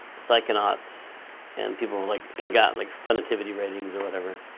psychonauts and people were like, it got like fun-ativity ratings or whatever.